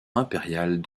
impériales